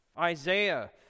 Isaiah